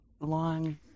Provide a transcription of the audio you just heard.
Long